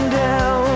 down